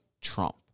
Trump